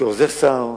כעוזר שר,